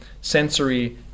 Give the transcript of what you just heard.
sensory